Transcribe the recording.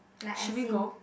like as in